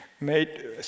made